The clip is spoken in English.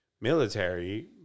Military